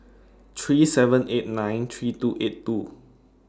three seven eight nine three two eight two